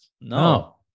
No